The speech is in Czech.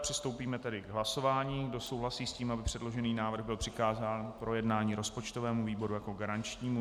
Přistoupíme tedy k hlasování, kdo souhlasí s tím, aby předložený návrh byl přikázán k projednání rozpočtovému výboru jako garančnímu.